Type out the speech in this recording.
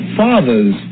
fathers